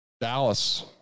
Dallas